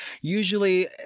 Usually